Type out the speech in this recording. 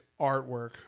artwork